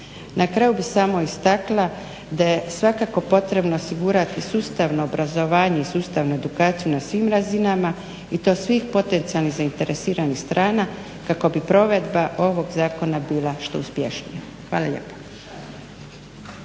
Na kraju bih samo istakla da je svakako potrebno osigurati sustavno obrazovanje i sustavnu edukaciju na svim razinama i to svih potencijalnih zainteresiranih strana kako bi provedba ovog zakona bila što uspješnija. Hvala lijepo.